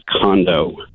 condo